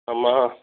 ஆமாம்